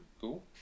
Cool